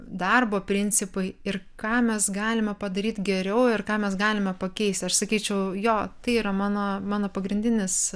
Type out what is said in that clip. darbo principai ir ką mes galime padaryt geriau ir ką mes galime pakeisti aš sakyčiau jo tai yra mano mano pagrindinis